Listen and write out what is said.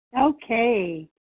Okay